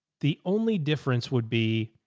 the only difference would be,